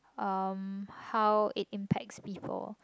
um how it impacts people